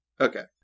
Okay